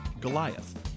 Goliath